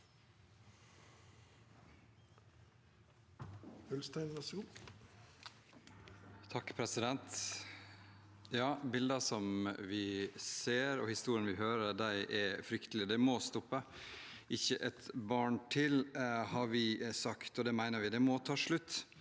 Bildene vi ser, og historiene vi hører, er fryktelige. Det må stoppe. Ikke ett barn til, har vi sagt, og det mener vi. Det må ta slutt,